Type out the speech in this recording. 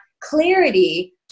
clarity